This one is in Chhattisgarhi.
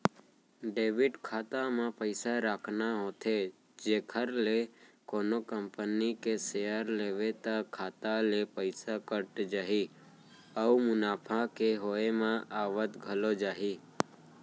डीमैट खाता म पइसा राखना होथे जेखर ले कोनो कंपनी के सेयर लेबे त खाता ले पइसा कट जाही अउ मुनाफा के होय म आवत घलौ जाही